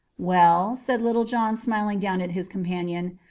well, said little john, smiling down at his companion,